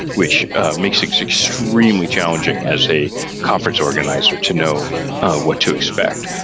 which makes it extremely challenging as a conference organizer to know what to expect,